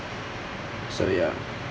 so ya